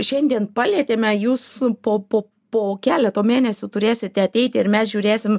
šiandien palietėme jūs po po po keleto mėnesių turėsite ateiti ir mes žiūrėsim